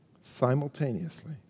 Simultaneously